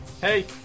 Hey